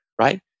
right